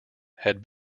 had